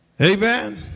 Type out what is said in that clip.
amen